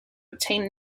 obtain